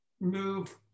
move